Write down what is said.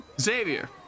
Xavier